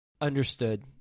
Understood